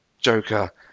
Joker